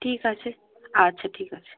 ঠিক আছে আচ্ছা ঠিক আছে